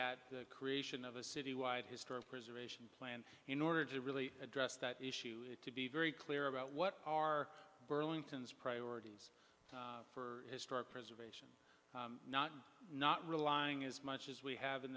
at the creation of a citywide historic preservation plan in order to really address that issue to be very clear about what our burlington's priorities for historic preservation not relying as much as we have in